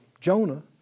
Jonah